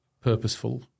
purposeful